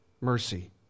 mercy